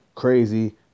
Crazy